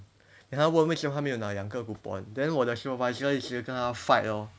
then 他问为什么他没有拿两个 coupon then 我的 supervisor 就跟他 fight lor